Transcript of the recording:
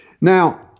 Now